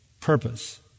purpose